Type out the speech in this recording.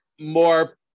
more